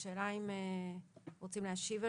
השאלה היא אם רוצים להשיב על זה.